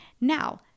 Now